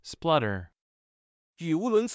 Splutter